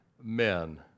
men